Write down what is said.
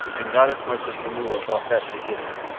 and got as much as momulla thought best to give him.